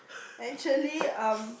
actually um